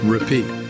Repeat